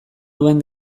duen